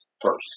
first